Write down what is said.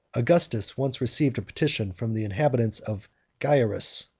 augustus once received a petition from the inhabitants of gyarus,